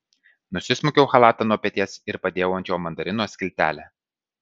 nusismaukiau chalatą nuo peties ir padėjau ant jo mandarino skiltelę